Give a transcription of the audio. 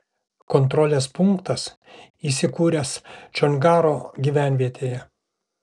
kontrolės punktas įsikūręs čongaro gyvenvietėje